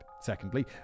secondly